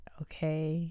okay